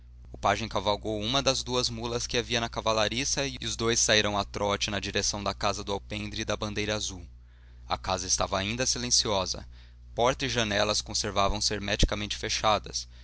pajem cavalgou uma das duas mulas que havia na cavalariça e os dois saíram a trote na direção da casa do alpendre e da bandeira azul a casa estava ainda silenciosa porta e janelas conservavam se hermeticamente fechadas